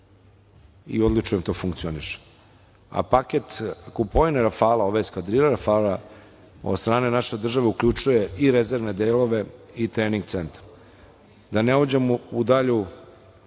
i odlično im to funkcioniše, a paket kupovine Rafala, ove eskadrile Rafala od strane naše države uključuje i rezervne delove i trening centar. Da ne uđemo u dalje